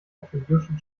attribution